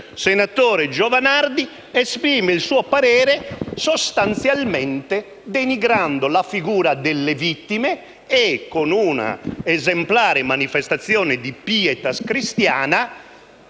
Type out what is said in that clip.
senatore Giovanardi)*, sostanzialmente denigrando la figura delle vittime e, con un'esemplare manifestazione di *pietas* cristiana,